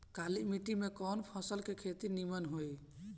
काली माटी में कवन फसल के खेती नीमन होई?